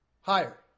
Higher